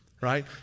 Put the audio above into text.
right